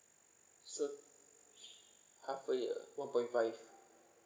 so half a year one point five